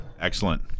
Excellent